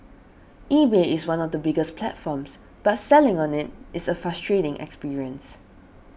eBay is one of the biggest platforms but selling on it is a frustrating experience